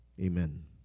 Amen